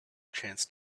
chance